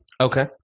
okay